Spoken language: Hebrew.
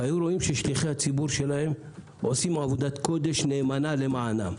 היו רואים ששליחי הציבור שלהם עושים עבודת קודש נאמנה למענם.